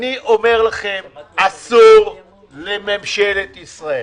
אני אומר לכם אסור לממשלת ישראל,